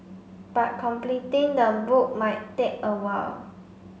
but completing the book might take a while